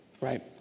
right